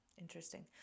Interesting